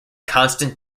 constant